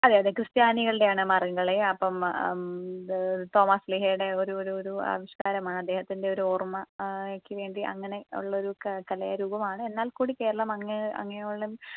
അതെ അതെ ക്രിസ്ത്യാനികളുടെയാണ് മാർഗംകളി അപ്പോൾ തോമസ്ലീഹായുടെ ഒരു ഒരു ഒരു ആവിഷ്കാരമാണ് അദ്ദേഹത്തിന്റെ ഒരു ഓർമയ്ക്കു വേണ്ടി അങ്ങനെയുള്ള ഒരു കലയെ രൂപമാണ് എന്നാൽ കൂടി കേരളം അങ്ങ അങ്ങോളം